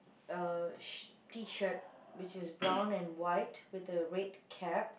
uh sh~ T-shirt which is brown and white with a red cap